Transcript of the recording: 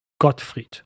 Gottfried